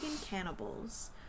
cannibals